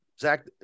Zach